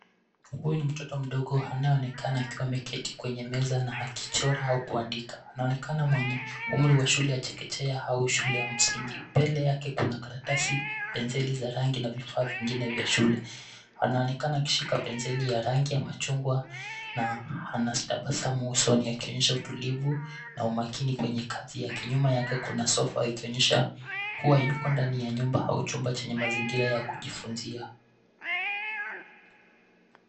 Huu ni mtoto mdogo anayeonekana akiwa ameketi kwenye meza, na akichora, au akiandika. Anaonekana mwenye umri wa shule ya chekechea, au shule ya msingi. Mbele yake kuna karatasi, penseli za rangi, na vifaa vingine vya shule. Anaonekana akishika penseli ya rangi ya machungwa, na ana tabasamu usoni akionyesha utulivu, na umakini kwenye kazi yake. Nyuma yake kuna sofa, ikionyesha kuwa yuko ndani ya nyumba, au chumba chenye mazingira ya kujifunzia.